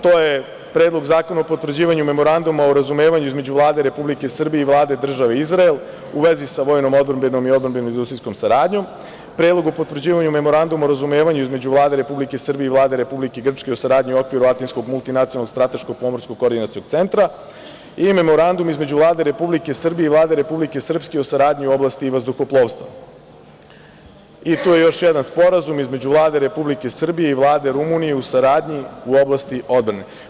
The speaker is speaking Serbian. To je Predlog zakona o potvrđivanju Memoranduma o razumevanju između Vlade Republike Srbije i Vlade države Izrael, u vezi sa vojnom, odbrambenom i odbrambeno-industrijskom saradnjom, Predlog o potvrđivanju Memoranduma o razumevanju između Vlade Republike Srbije i Vlade Republike Grčke o saradnji u okviru Atinskog multinacionalnog strateško-pomorskog koordinacionog centra i Memorandum između Vlade Republike Srbije i Vlade Republike Srpske o saradnji u oblasti vazduhoplovstva i tu je još jedan sporazum, između Vlade Republike Srbije i Vlade Republike Rumunije o saradnji u oblasti odbrane.